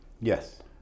Yes